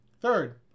Third